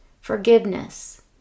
Forgiveness